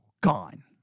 gone